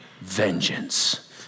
vengeance